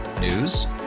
News